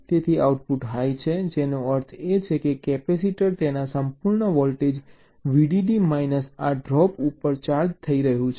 તેથી output high છે જેનો અર્થ છે કે કેપેસિટર તેના સંપૂર્ણ વોલ્ટેજ VDD માઇનસ આ ડ્રોપ ઉપર ચાર્જ કરી રહ્યું છે